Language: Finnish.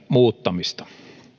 muuttamista